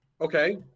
Okay